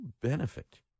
benefit